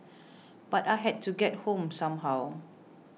but I had to get home somehow